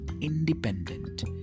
independent